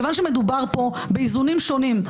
מכיוון שמדובר פה באיזונים שונים,